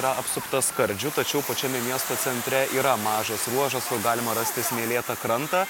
yra apsuptas skardžių tačiau pačiame miesto centre yra mažas ruožas kur galima rasti smėlėtą krantą